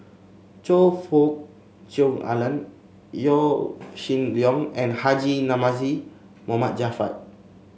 Choe Fook Cheong Alan Yaw Shin Leong and Haji Namazie Mohd Javad